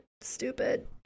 stupid